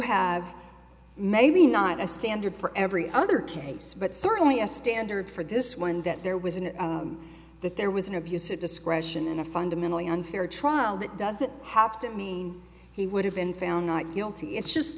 have maybe not a standard for every other case but certainly a standard for this one that there was an that there was an abuse of discretion in a fundamentally unfair trial that doesn't have to mean he would have been found not guilty it's just